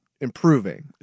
improving